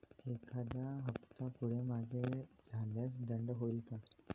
एखादा हफ्ता पुढे मागे झाल्यास दंड होईल काय?